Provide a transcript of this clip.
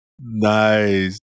Nice